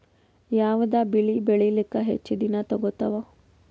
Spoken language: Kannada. ಯಾವದ ಬೆಳಿ ಬೇಳಿಲಾಕ ಹೆಚ್ಚ ದಿನಾ ತೋಗತ್ತಾವ?